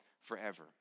forever